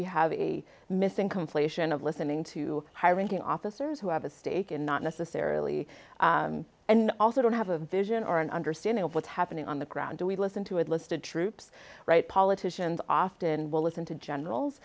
we have a missing conflation of listening to high ranking officers who have a stake in not necessarily and also don't have a vision or an understanding of what's happening on the ground we listen to it listed troops right politicians often will listen to generals